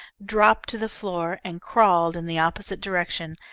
dropped to the floor and crawled in the opposite direction,